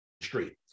street